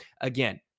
Again